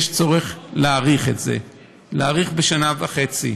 יש צורך להאריך את זה לשנה וחצי.